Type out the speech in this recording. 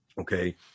Okay